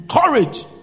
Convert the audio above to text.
courage